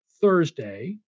Thursday